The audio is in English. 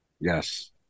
Yes